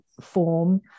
form